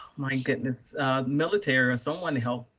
my goodness military or someone to help.